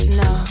no